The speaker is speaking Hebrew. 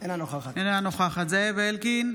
אינה נוכחת זאב אלקין,